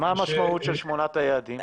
אז מה המשמעות של שמונת היעדים?